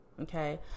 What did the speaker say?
Okay